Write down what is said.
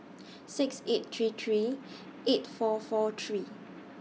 six eight three three eight four four three